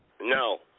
No